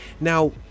Now